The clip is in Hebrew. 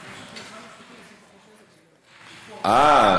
מפני שעובדי משרד המשפטים עושים פחות נזק --- אה,